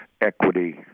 equity